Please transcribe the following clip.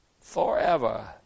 forever